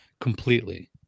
completely